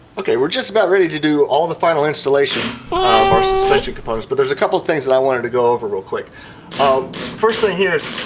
ok, we're just about ready to do all the final installation of our suspension components but there's a couple of things i wanted to go over real quick um first thing here is,